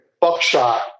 buckshot